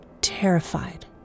terrified